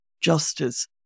justice